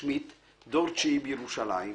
שמידט דור תשיעי בירושלים,